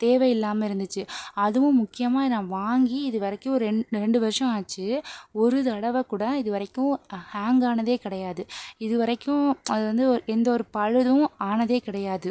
தேவையில்லாமல் இருந்துச்சு அதுவும் முக்கியமாக நான் வாங்கி இதுவரைக்கும் ரெண்டு ரெண்டு வருஷம் ஆச்சு ஒரு தடவை கூட இது வரைக்கும் ஹேங் ஆனதே கிடையாது இது வரைக்கும் அது வந்து ஒரு எந்த ஒரு பழுதும் ஆனதே கிடையாது